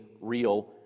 real